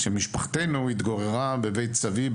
כשמשפחתנו התגוררה בבית סבי,